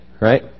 right